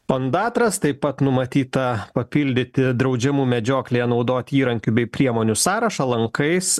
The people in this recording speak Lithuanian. pandatras taip pat numatyta papildyti draudžiamų medžioklėje naudoti įrankių bei priemonių sąrašą lankais